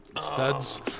Studs